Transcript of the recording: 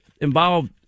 involved